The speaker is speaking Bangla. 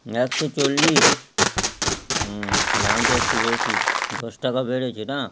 একশো চল্লিশ দামটা একটু বেশি দশ টাকা বেড়েছে না